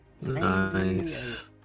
Nice